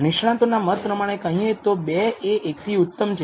નિષ્ણાતોના મત પ્રમાણે કહીએ તો 2 એ 1 થી ઉત્તમ છે